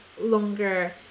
longer